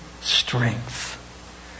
strength